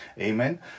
amen